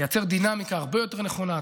היא תייצר דינמיקה הרבה יותר נכונה,